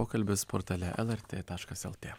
pokalbis portale lrt taškas lt